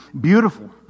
beautiful